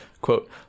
quote